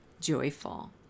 joyful